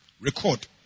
Record